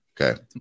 Okay